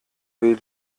will